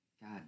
God